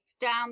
down